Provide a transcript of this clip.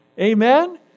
Amen